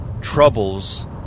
troubles